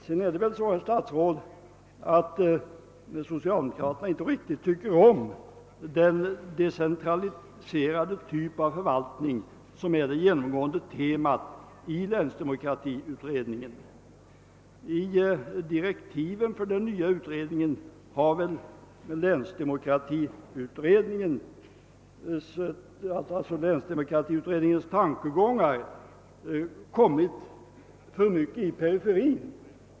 Det är väl så, herr statsråd, att socialdemokraterna inte tycker riktigt om den decentraliserade typ av förvaltning som är det genomgående temat i länsdemokratiutredningen. Länsdemokratiutredningens tankegångar har kommit alltför mycket i periferin i direktiven för den nya utredningen.